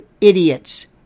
idiots